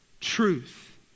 truth